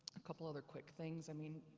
a couple other quick things. i mean,